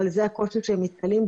אבל זה הקושי שהם נתקלים בו,